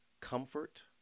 comfort